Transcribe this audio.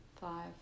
Five